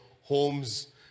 homes